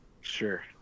Sure